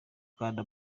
ukanda